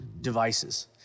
devices